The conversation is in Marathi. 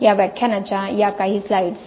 या व्याख्यानाच्या काही स्लाइड्स